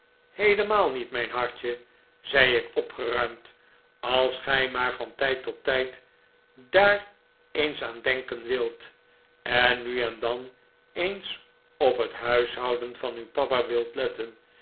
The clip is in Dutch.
heelemaal niet mijn hartje zei ik opgeruimd als gij maar van tijd tot tijd daar eens aan denken wilt en nu en dan eens op het huishouden van uw papa wilt letten